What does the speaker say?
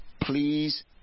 please